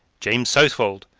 james southwold,